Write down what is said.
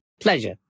Pleasure